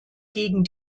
gegen